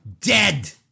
Dead